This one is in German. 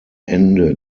ende